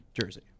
Jersey